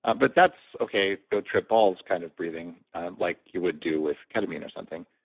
but that's okay. go trip balls, kind of breathing like you would do with ketamine or something.